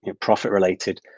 profit-related